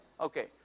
Okay